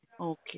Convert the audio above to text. Okay